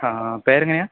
ആഹ് പേരെങ്ങനെയാ